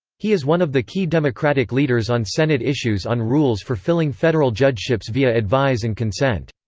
he is one of the key democratic leaders on senate issues on rules for filling federal judgeships via advise and consent.